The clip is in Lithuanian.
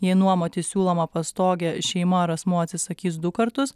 jei nuomoti siūlomą pastogę šeima ar asmuo atsisakys du kartus